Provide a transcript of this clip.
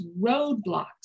roadblocks